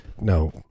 no